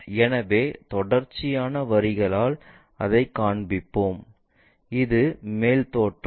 எனவே தொடர்ச்சியான வரிகளால் அதைக் காண்பிப்போம் இது மேல் தோற்றம்